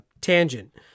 tangent